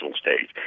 stage